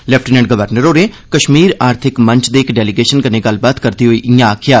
lieutenant governor होरें कश्मीर आर्थिक मंच दे इक डेलीगेशन कन्नै गल्लबात करदे होई ईआं आखेआ